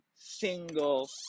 single